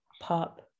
pop